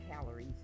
calories